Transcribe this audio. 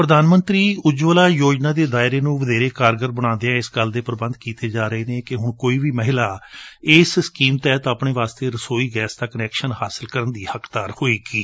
ਪ੍ਰਧਾਨ ਮੰਤਰੀ ਉਜਵਲ ਯੋਜਨਾ ਦੇ ਦਾਇਰੇ ਨੂੰ ਵਧੇਰੇ ਕਾਰਗਰ ਬਣਾਉਂਦਿਆਂ ਇਸ ਗੱਲ ਦੇ ਪ੍ਰਬੰਧ ਕੀਤੇ ਜਾ ਰਹੇ ਨੇ ਕਿ ਹੁਣ ਕੋਈ ਵੀ ਮਹਿਲਾ ਇਸ ਸਕੀਮ ਤਹਿਤ ਆਪਣੇ ਵਾਸਤੇ ਰਸੋਈ ਗੈਸ ਦਾ ਕੁਨੈਕਸ਼ਨ ਲੈਣ ਦੀ ਹੱਕਦਾਰ ਹੋਵੇਗੀ